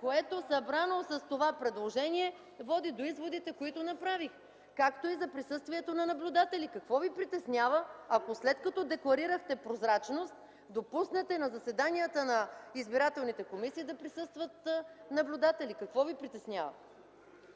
Което събрано с това предложение води до изводите, които направих, както и за присъствието на наблюдатели. Какво ви притеснява, ако след като декларирахте прозрачност допуснете на заседанията на избирателните комисии да присъстват наблюдатели? Какво ви притеснява?